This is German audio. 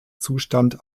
zustand